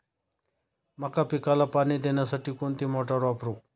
मका पिकाला पाणी देण्यासाठी कोणती मोटार वापरू?